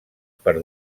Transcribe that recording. per